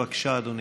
בבקשה, אדוני.